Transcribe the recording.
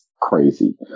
Crazy